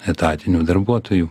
etatinių darbuotojų